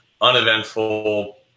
uneventful